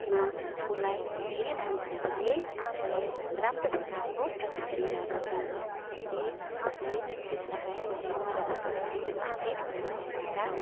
मा उसलाई धेरै मानिसहरूले ए राम्रो प्रकारको प्रतिक्रियाहरू दियो जस्तै उसले त्यस लगाएको लेहङ्गा उसको शरीरमा फिट भएकोले गर्दा